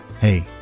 hey